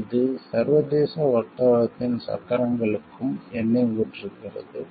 இது சர்வதேச வர்த்தகத்தின் சக்கரங்களுக்கும் எண்ணெய் ஊற்றுகிறது